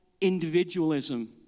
individualism